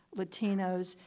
latinos,